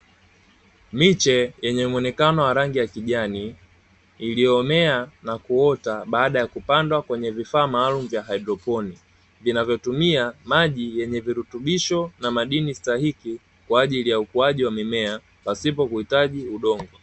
Miche yenye muonekano wa rangi ya kijani, iliyomea na kuota baada ya kupandwa kwenye vifaa maalumu vya haidroponi, vinavyotumia maji yenye virutubisho na madini stahiki, kwa ajili ya ukuaji wa mimea pasipo kuhitaji udongo.